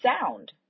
sound